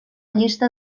llista